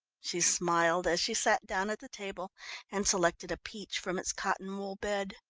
she smiled, as she sat down at the table and selected a peach from its cotton-wool bed.